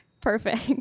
Perfect